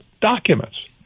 documents